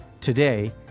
Today